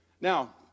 Now